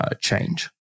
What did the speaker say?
change